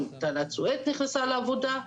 גם תעלת סואץ נכנסה לעבודה,